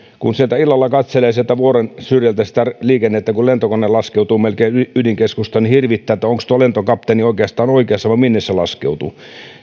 kun illalla katselee sieltä vuoren syrjältä sitä liikennettä kun lentokone laskeutuu melkein ydinkeskustaan niin hirvittää onko tuo lentokapteeni oikeastaan oikeassa vai minne se laskeutuu